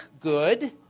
good